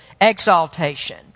exaltation